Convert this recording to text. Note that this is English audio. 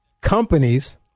companies